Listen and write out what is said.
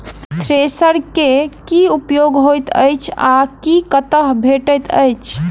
Thresher केँ की उपयोग होइत अछि आ ई कतह भेटइत अछि?